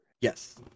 Yes